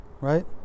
right